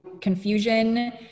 confusion